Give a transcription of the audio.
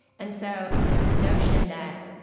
and so, you know, the notion that